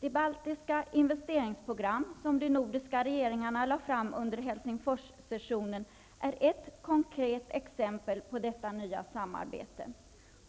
Det baltiska investeringsprogram som de nordiska regeringarna lade fram under Helsingforssessionen är ett konkret exempel på detta nya samarbete.